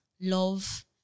love